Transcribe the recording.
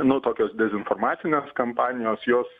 nu tokios dezinformacinės kampanijos jos